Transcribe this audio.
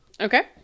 Okay